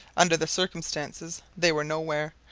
under the circumstances they were nowhere,